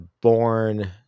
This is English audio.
born